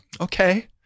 okay